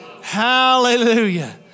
Hallelujah